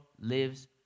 lives